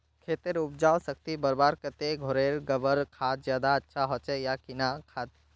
खेतेर उपजाऊ शक्ति बढ़वार केते घोरेर गबर खाद ज्यादा अच्छा होचे या किना खाद?